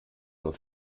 nur